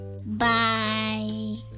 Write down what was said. Bye